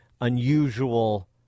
unusual